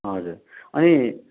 हजुर अनि